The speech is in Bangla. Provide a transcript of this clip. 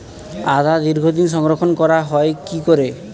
আদা দীর্ঘদিন সংরক্ষণ করা হয় কি করে?